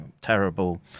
terrible